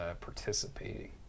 participating